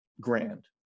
grand